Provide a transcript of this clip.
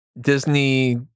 Disney